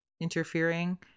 interfering